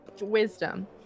Wisdom